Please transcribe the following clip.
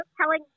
telling